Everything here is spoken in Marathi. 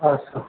असं